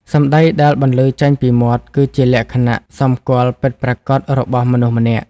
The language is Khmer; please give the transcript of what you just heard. សម្ដីដែលបន្លឺចេញពីមាត់ គឺជា លក្ខណៈសម្គាល់ ពិតប្រាកដរបស់មនុស្សម្នាក់។